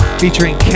featuring